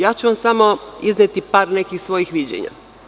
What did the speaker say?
Ja ću vam izneti par nekih svojih viđenja.